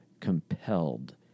compelled